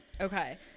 Okay